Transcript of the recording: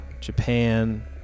Japan